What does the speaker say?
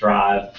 drive.